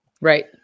Right